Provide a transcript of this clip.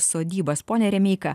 sodybas pone remeika